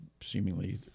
Seemingly